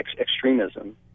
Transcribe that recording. extremism